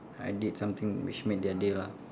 I did something which made their day lah